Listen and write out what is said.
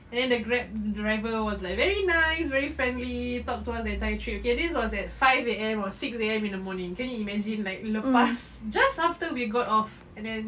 and then the Grab driver was like very nice very friendly talk to us the entire trip okay this was at five A_M or six A_M in the morning can you imagine like we lepas just after we got off and then